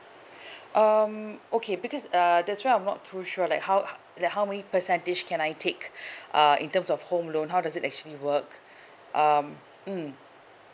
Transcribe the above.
um okay because err that's why I'm not too sure like how like how many percentage can I take uh in terms of home loan how does it actually work um mm